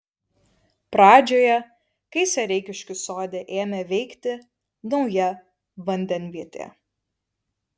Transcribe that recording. pradžioje kai sereikiškių sode ėmė veikti nauja vandenvietė